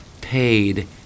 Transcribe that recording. paid